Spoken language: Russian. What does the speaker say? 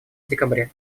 декабре